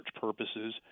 purposes